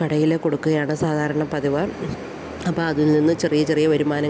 കടയിൽ കൊടുക്കുകയാണ് സാധാരണ പതിവ് അപ്പം അതിൽ നിന്ന് ചെറിയ ചെറിയ വരുമാനങ്ങൾ